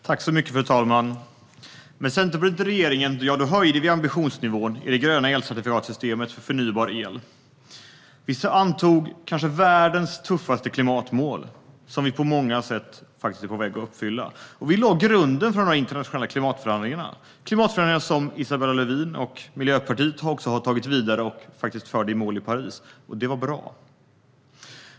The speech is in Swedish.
Fru talman! Med Centerpartiet i regeringen höjde vi ambitionsnivån i det gröna elcertifikatssystemet för förnybar el. Vi antog världens kanske tuffaste klimatmål som vi på många sätt faktiskt är på väg att uppfylla, och vi lade grunden för de internationella klimatförhandlingarna som Isabella Lövin och Miljöpartiet har tagit vidare och förde i mål i Paris, vilket var bra.